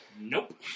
nope